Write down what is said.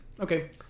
okay